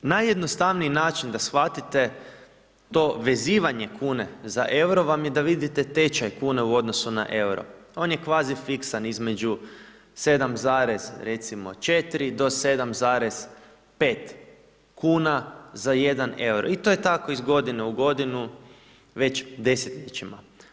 Najjednostavniji način da shvatite to vezivanje kune za EUR-o vam je da vidite tečaj kune u odnosu na EUR-o, on je kvazifiksan između 7, recimo 4 do 7,5 kn za 1 EUR-o i to je tako iz godine u godinu već desetljećima.